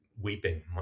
weeping